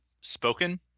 spoken